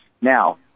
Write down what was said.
Now